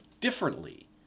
differently